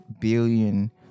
billion